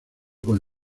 con